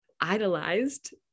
idolized